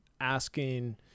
asking